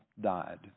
died